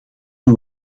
een